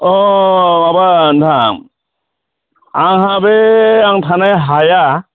अ माबा नोंथां आंहा बे आं थानाय हाया